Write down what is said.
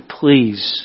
please